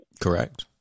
Correct